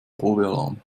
probealarm